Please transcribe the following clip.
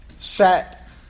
sat